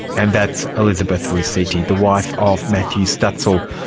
and that's elizabeth rusiti, the wife of matthew stutsel,